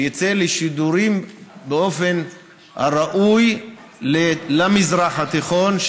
ויצא לשידורים באופן הראוי למזרח התיכון.